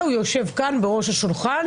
אלא הוא יושב כאן בראש השולחן,